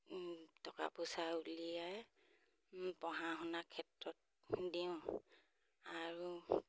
টকা পইচা উলিয়াই পঢ়া শুনাৰ ক্ষেত্ৰত দিওঁ আৰু